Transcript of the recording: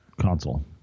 console